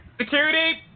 Security